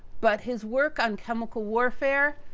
but his work on chemical warfare,